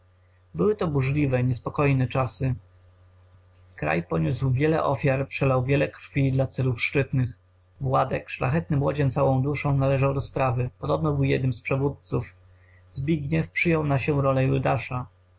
były to burzliwe niespokojne czasy kraj poniósł wiele ofiar przelał wiele krwi dla celów szczytnych władek szlachetny młodzian całą duszą należał do sprawy podobno był jednym z przewódców zbigniew przyjął na się rolę judasza